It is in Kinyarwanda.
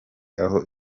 aho